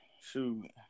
Shoot